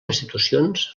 institucions